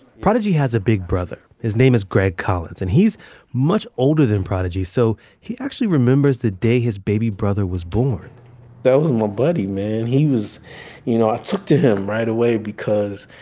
prodigy has a big brother. his name is greg collins. and he's much older than prodigy, so he actually remembers the day his baby brother was born that was my buddy, man. he was you know, i took to him right away because,